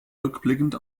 rückblickend